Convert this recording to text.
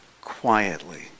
quietly